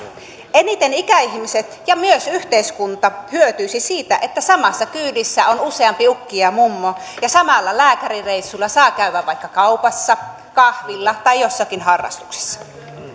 eniten ikäihmiset ja myös yhteiskunta hyötyisivät siitä että samassa kyydissä on useampi ukki ja mummo ja samalla lääkärireissulla saa käydä vaikka kaupassa kahvilla tai joissakin harrastuksissa